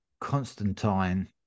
Constantine